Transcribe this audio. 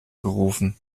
gerufen